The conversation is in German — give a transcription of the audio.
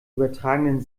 übertragenen